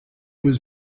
was